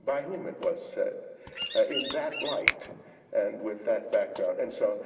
by whom it was said in that light and with that background. and so